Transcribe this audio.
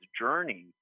journey